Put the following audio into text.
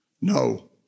No